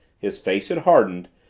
his face had hardened,